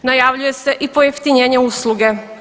Najavljuje se i pojeftinjenje usluge.